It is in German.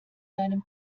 deinem